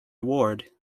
award